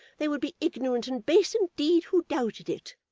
they would be ignorant and base indeed who doubted it